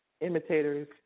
imitators